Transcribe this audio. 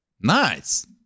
Nice